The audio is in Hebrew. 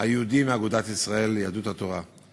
היהודי מאגודת ישראל, יהדות התורה.